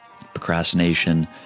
procrastination